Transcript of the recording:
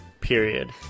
period